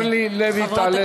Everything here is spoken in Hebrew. אורלי לוי תעלה.